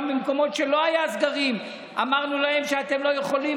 גם במקומות שבהם לא היו סגרים אמרנו להם שהם לא יכולים,